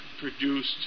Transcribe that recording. produced